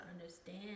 understand